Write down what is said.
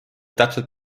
täpselt